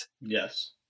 Yes